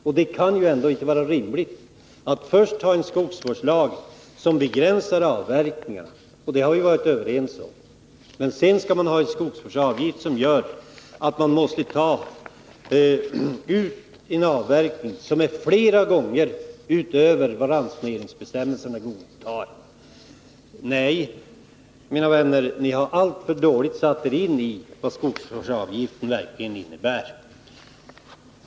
Men det kan ändå inte vara rimligt att först ha en skogsvårdslag som begränsar avverkningarna — och det har vi varit överens om — och sedan ha en skogsvårdsavgift som gör att man måste avverka flera gånger utöver vad ransoneringsbestämmelserna godtar. Nej, mina vänner, ni har alltför dåligt satt er in i vad skogsvårdsavgiften verkligen innebär.